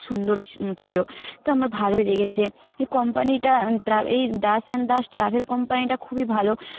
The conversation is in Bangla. সুন্দর ছি ছিল তো আমার ভালোই লেগেছে এই কোম্পানিটা ট্রা এই দাস অ্যান্ড দাস ট্রাভেল কোম্পানিটা খুবই ভালো